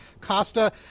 Costa